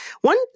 One